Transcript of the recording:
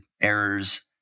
errors